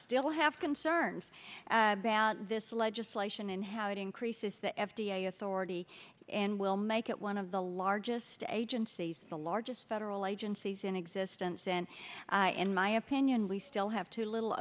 still have concerns about this legislation and how it increases the f d a authority and will make it one of the largest agencies the largest federal agencies in existence and in my opinion we still have too little